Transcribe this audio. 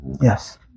Yes